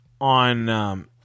on –